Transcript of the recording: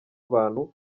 abantu